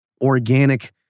organic